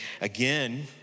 again